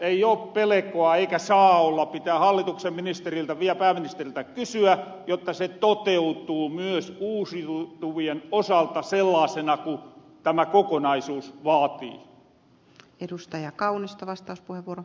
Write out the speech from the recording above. ei oo pelekoa eikä saa olla pitää hallituksen pääministeriltä vielä kysyä jotta se toteutuu myös uusiutuvien osalta sellaasena kun tämä kokonaisuus vaatii